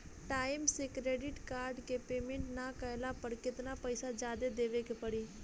Time से credit card के payment ना कैला पर केतना पईसा जादे देवे के पड़ी?